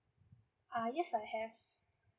uh yes I have